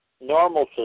normal